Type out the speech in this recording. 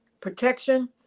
protection